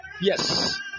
yes